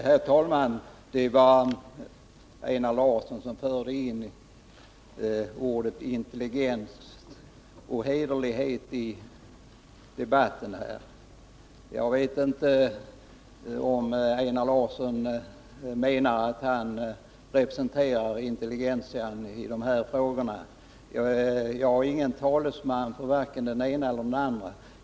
Herr talman! Det var Einar Larsson som förde in orden intelligens och hederlighet i debatten. Jag vet inte om Einar Larsson menar att han representerar intelligentian i dessa frågor. Jag är ingen talesman för vare sig den ena eller den andra.